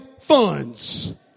funds